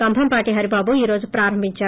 కంబంపాటి హరిబాబు ఈ రోజు ప్రారంభించారు